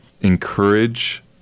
encourage